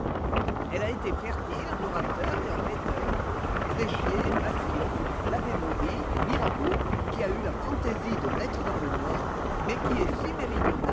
elle a été fertile en orateurs et en rhéteurs fléchier massillon l'abbé maury mirabeau qui a eu la fantaisie de naître dans le nord mais qui est si